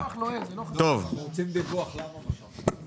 אנחנו רוצים דיווח למה משכת.